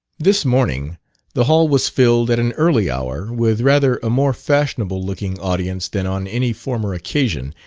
this morning the hall was filled at an early hour with rather a more fashionable looking audience than on any former occasion,